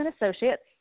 Associates